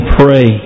pray